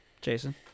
Jason